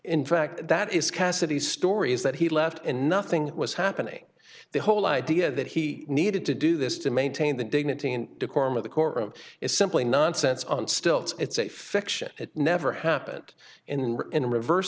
in fact that is cassidy's story is that he left and nothing was happening the whole idea that he needed to do this to maintain the dignity and decorum of the courtroom is simply nonsense on stilts it's a fiction it never happened in in revers